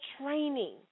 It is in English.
training